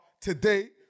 today